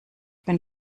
bin